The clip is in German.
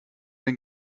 den